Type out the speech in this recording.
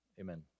Amen